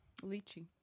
Lychee